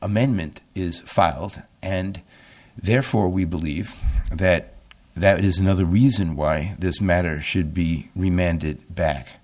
amendment is filed and therefore we believe that that is another reason why this matter should be remained back